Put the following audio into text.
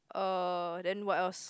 uh then what else